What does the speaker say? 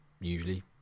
usually